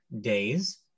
Days